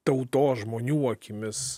tautos žmonių akimis